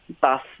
bus